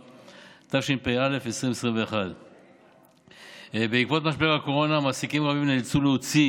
התשפ"א 2021. בעקבות משבר הקורונה מעסיקים רבים נאלצו להוציא